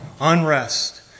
unrest